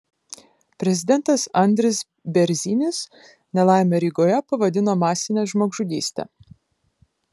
prezidentas andris bėrzinis nelaimę rygoje pavadino masine žmogžudyste